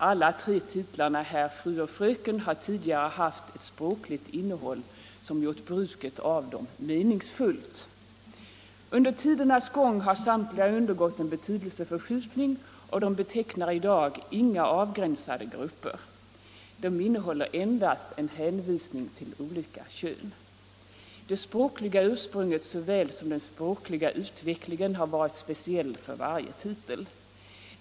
Alla de titlarna, herr, fru och fröken, har tidigare haft ett språkligt innehåll, som gjort mycket av dem meningsfullt. Under tidernas gång har dock samtliga undergått en betydelseförskjutning, och de betecknar i dag inga avgränsade grupper, utan de innehåller endast en hänvisning till olika kön. Det språkliga ursprunget likaväl som den språkliga utvecklingen har varit speciell för varje titel.